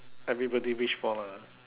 everybody wish for ah